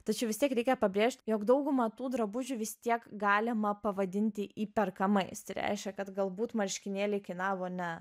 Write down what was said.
tačiau vis tiek reikia pabrėžt jog dauguma tų drabužių vis tiek galima pavadinti įperkamais tai reiškia kad galbūt marškinėliai kainavo ne